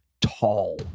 tall